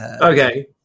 Okay